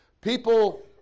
people